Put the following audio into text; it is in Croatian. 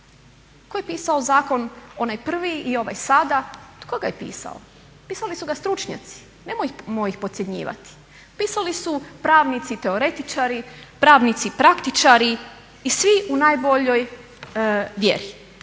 Tko je pisao zakon onaj prvi i ovaj sada, tko ga je pisao? Pisali su ga stručnjaci. Nemojmo ih podcjenjivati. Pisali su pravnici teoretičari, pravnici praktičari i svi u najboljoj vjeri.